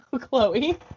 Chloe